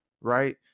right